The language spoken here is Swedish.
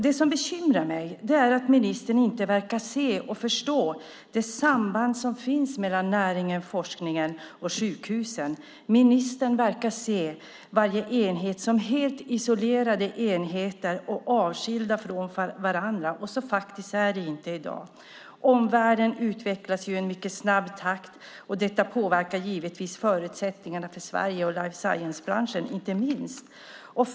Det som bekymrar mig är att ministern inte verkar se och förstå det samband som finns mellan näringen, forskningen och sjukhusen. Ministern verkar se enheterna som helt isolerade och avskilda från varandra. Så är det inte i dag. Omvärlden utvecklas i en mycket snabb takt, och detta påverkar givetvis förutsättningarna för Sverige och inte minst life science-branschen. Fru talman!